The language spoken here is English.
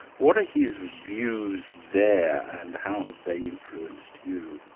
what are his views there and how have they influenced you?